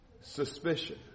suspicion